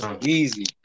easy